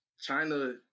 China